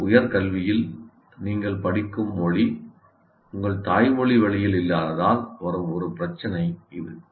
உங்கள் உயர் கல்வியில் நீங்கள் படிக்கும் மொழி உங்கள் தாய்மொழி வழியில் இல்லாததால் வரும் ஒரு பிரச்சினை இது